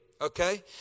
okay